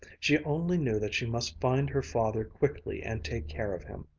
she only knew that she must find her father quickly and take care of him.